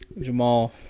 Jamal